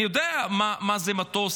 אני יודע מה זה מטוס